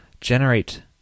generate